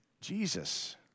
Jesus